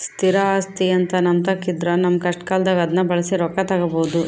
ಸ್ಥಿರ ಆಸ್ತಿಅಂತ ನಮ್ಮತಾಕ ಇದ್ರ ನಮ್ಮ ಕಷ್ಟಕಾಲದಾಗ ಅದ್ನ ಬಳಸಿ ರೊಕ್ಕ ತಗಬೋದು